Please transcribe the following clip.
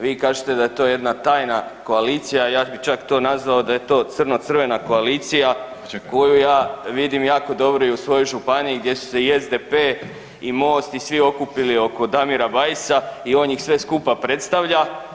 Vi kažete da je to jedna tajna koalicija, ja bih čak to nazvao da je to crno crvena koalicija koju ja vidim jako dobro i u svojoj županiji gdje su se i SDP i MOST i svi okupili oko Damira Bajsa i on ih sve skupa predstavlja.